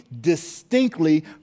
distinctly